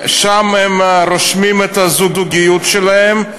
שם הם רושמים את הזוגיות שלהם,